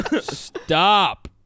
Stop